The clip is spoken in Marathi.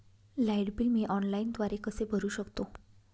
लाईट बिल मी ऑनलाईनद्वारे कसे भरु शकतो?